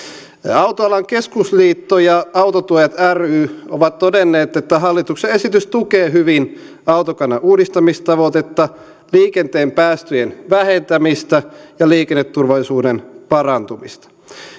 autoalan keskusliitto ja autotuojat ry ovat todenneet että hallituksen esitys tukee hyvin autokannan uudistamistavoitetta liikenteen päästöjen vähentämistä ja liikenneturvallisuuden parantumista